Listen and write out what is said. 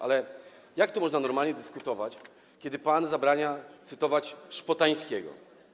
Ale jak tu można normalnie dyskutować, kiedy pan zabrania cytować Szpotańskiego?